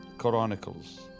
Chronicles